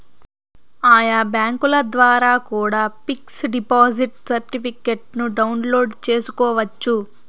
ఆయా బ్యాంకుల ద్వారా కూడా పిక్స్ డిపాజిట్ సర్టిఫికెట్ను డౌన్లోడ్ చేసుకోవచ్చు